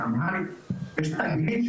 יש אמהרית ויש אנגלית,